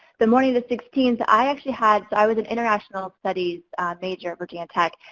the morning of the sixteenth, i actually had, so i was an international studies major at virginia tech.